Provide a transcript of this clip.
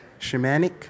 Shamanic